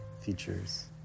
features